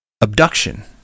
abduction